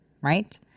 right